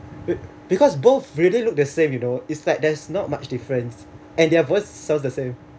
but because both really look the same you know is like there's not much difference and their voice sound the same